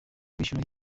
kwishyura